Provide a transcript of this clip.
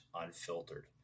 Unfiltered